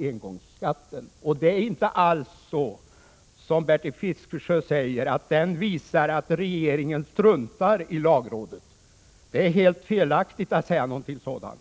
engångsskatten. Det är inte alls så som Bertil Fiskesjö säger, att detta visar att regeringen struntar i lagrådet. Det är helt felaktigt att säga något sådant.